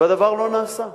והדבר לא נעשה,